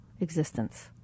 existence